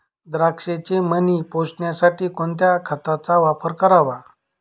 द्राक्षाचे मणी पोसण्यासाठी कोणत्या खताचा वापर करावा?